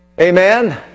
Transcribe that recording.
Amen